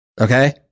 Okay